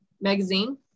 magazine